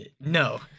No